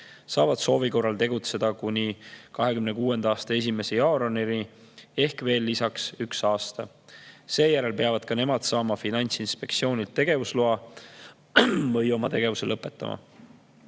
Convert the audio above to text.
saavad soovi korral tegutseda kuni 2026. aasta 1. jaanuarini ehk veel lisaks üks aasta. Seejärel peavad ka nemad saama Finantsinspektsioonilt tegevusloa või oma tegevuse lõpetama.